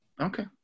Okay